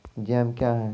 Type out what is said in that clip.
Jam क्या हैं?